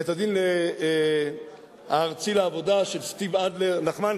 בית-הדין הארצי לעבודה, של סטיב אדלר, נחמן,